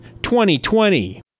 2020